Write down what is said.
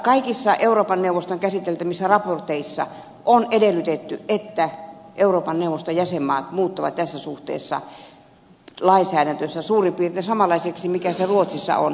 kaikissa euroopan neuvoston käsittelemissä raporteissa on edellytetty että euroopan neuvoston jäsenmaat muuttavat tässä suhteessa lainsäädäntönsä suurin piirtein samanlaiseksi kuin mikä se ruotsissa on